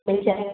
मिल जाएगा